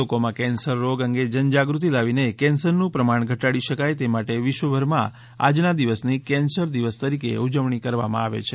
લોકોમાં કેન્સર રોગ અંગે જંનજાગૃતિ લાવીને કેન્સરનું પ્રમાણ ઘટાડી શકાય તે માટે વિશ્વભરમાં આજના દિવસની કેન્સર દિવસ તરીકે ઉજવણી કરવામાં આવે છે